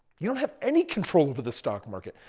you don't have any control over the stock market.